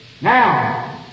Now